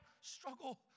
struggle